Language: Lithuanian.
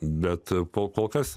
bet kol kas